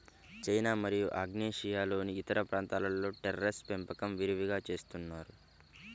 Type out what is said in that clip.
China మరియు ఆగ్నేయాసియాలోని ఇతర ప్రాంతాలలో టెర్రేస్ పెంపకం విరివిగా చేస్తున్నారు